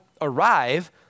arrive